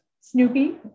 Snoopy